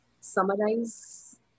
Summarize